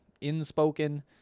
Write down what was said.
in-spoken